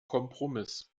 kompromiss